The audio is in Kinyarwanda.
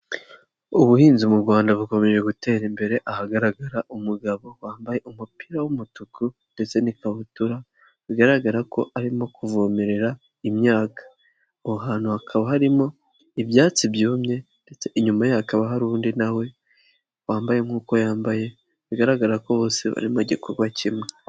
Ubuhinzi mu rwanda bukomeje gutera imbere, ahagaragara umugabo wambaye umupira w'umutuku ndetse n'ikabutura, bigaragara ko arimo kuvomerera imyaka. Aho hantu hakaba harimo ibyatsi byumye ndetse inyuma ye hakaba hari undi na we wambaye nkuko'uko yambaye, bigaragara ko bose bari mu gikorwa kimwe.